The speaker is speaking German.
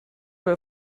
der